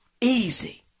Easy